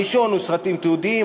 הראשון הוא סרטים תיעודיים,